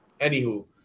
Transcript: Anywho